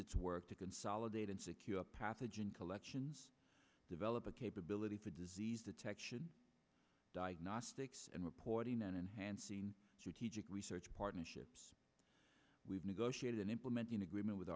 its work to consolidate and secure pathogen collections develop a capability for disease detection diagnostics and reporting an enhanced scene to teach and research partnerships we've negotiated and implementing agreement with